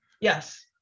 Yes